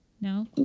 No